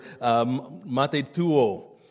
matetuo